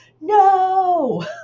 no